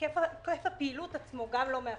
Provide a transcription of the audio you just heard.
היקף הפעילות עצמו לא מאפשר,